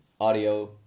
audio